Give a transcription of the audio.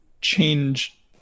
change